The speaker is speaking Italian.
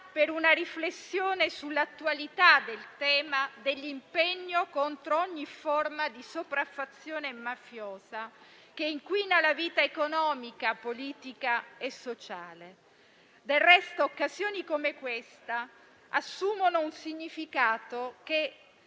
e di riflettere sull'attualità del tema dell'impegno contro ogni forma di sopraffazione mafiosa, che inquina la vita economica, politica e sociale. Del resto, occasioni come questa assumono un significato tale